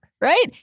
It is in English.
right